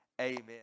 amen